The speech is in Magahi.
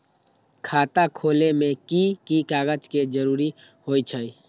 खाता खोले में कि की कागज के जरूरी होई छइ?